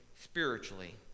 spiritually